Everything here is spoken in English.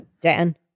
Dan